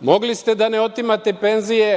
Mogli ste da ne otimate penzije